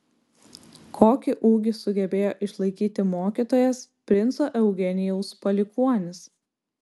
kokį ūgį sugebėjo išlaikyti mokytojas princo eugenijaus palikuonis